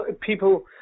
People